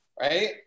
Right